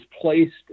placed